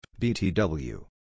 BTW